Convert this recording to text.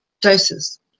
doses